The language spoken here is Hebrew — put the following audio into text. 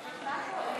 ההצעה להעביר